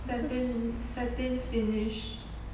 satin satin finish